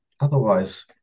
otherwise